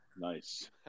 Nice